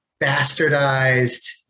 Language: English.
bastardized